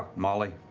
molly.